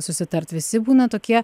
susitart visi būna tokie